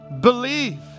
believe